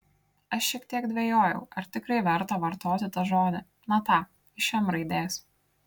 aš šiek tiek dvejojau ar tikrai verta vartoti tą žodį na tą iš m raidės